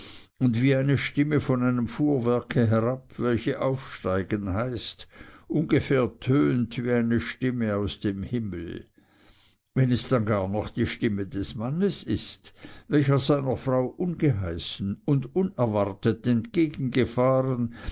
und wie eine stimme von einem fuhrwerke herab welche aufsteigen heißt ungefähr tönet wie eine stimme aus dem himmel wenn es dann noch gar die stimme des mannes ist welcher seiner frau ungeheißen und unerwartet